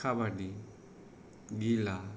खाबादि गिला